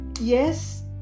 Yes